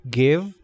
give